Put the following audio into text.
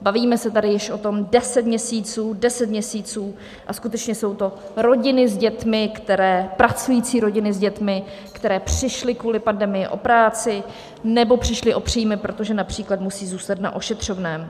Bavíme se tady již o tom deset měsíců deset měsíců, a skutečně jsou to rodiny s dětmi, pracující rodiny s dětmi, které přišly kvůli pandemii o práci nebo přišly o příjmy, protože například musí zůstat na ošetřovném.